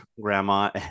grandma